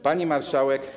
Pani Marszałek!